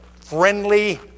friendly